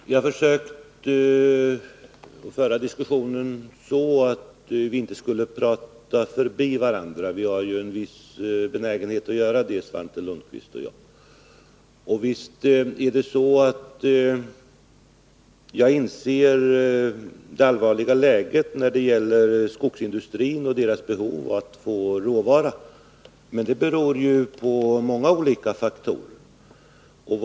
Herr talman! Vi har försökt att föra diskussionen på ett sådant sätt att vi inte skulle prata förbi varandra. Svante Lundkvist och jag har ju en viss benägenhet att göra det. Visst inser jag att läget är allvarligt när det gäller skogsindustrin och dess behov av att få råvara. Men här spelar många olika faktorer in.